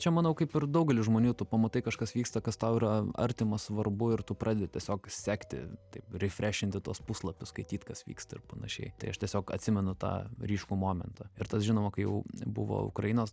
čia manau kaip ir daugelis žmonių tu pamatai kažkas vyksta kas tau yra artima svarbu ir tu pradedi tiesiog sekti taip ryfrešinti tuos puslapius skaityt kas vyksta ir panašiai tai aš tiesiog atsimenu tą ryškų momentą ir tas žinoma kai jau buvo ukrainos